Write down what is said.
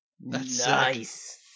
Nice